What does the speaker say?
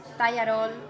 Tallarol